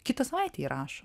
kitą savaitę įrašo